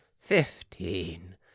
fifteen